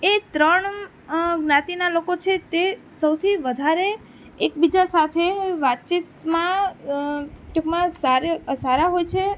એ ત્રણ જ્ઞાતિનાં લોકો છે તે સૌથી વધારે એક બીજા સાથે વાતચીતમાં ટૂંકમાં સારાં હોય છે